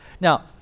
Now